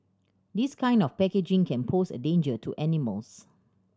this kind of packaging can pose a danger to animals